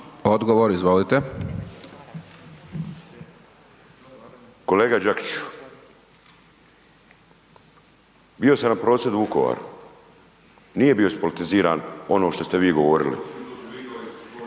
Miro (MOST)** Kolega Đakiću, bio sam na prosvjedu u Vukovaru, nije bio ispolitiziran ono što ste vi govorili,